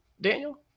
Daniel